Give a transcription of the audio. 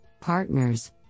partners